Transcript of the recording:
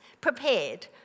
prepared